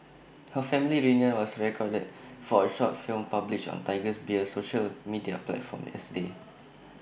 her family reunion was recorded for A short film published on Tiger Beer's social media platforms yesterday